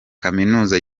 kaminuza